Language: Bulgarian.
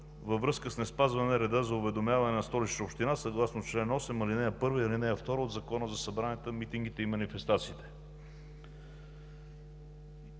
във връзка с неспазване реда за уведомяване на Столична община, съгласно чл. 8, ал. 1 и ал. 2 от Закона за събранията, митингите и манифестациите.